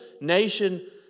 nation